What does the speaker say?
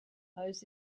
owes